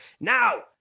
Now